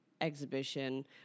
Exhibition